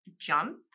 jump